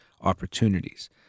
opportunities